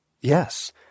yes